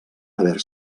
haver